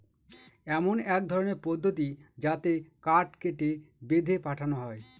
এমন এক ধরনের পদ্ধতি যাতে কাঠ কেটে, বেঁধে পাঠানো হয়